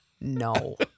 No